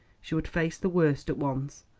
she would face the worst at once.